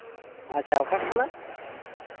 ᱟᱪᱪᱷᱟ ᱚᱠᱟ ᱠᱷᱚᱱᱟᱜ